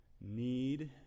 need